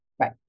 right